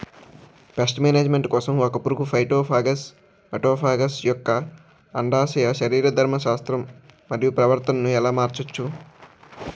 Paste management కోసం ఒక పురుగు ఫైటోఫాగస్హె మటోఫాగస్ యెక్క అండాశయ శరీరధర్మ శాస్త్రం మరియు ప్రవర్తనను ఎలా మార్చచ్చు?